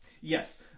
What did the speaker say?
Yes